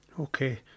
Okay